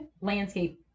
landscape